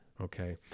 Okay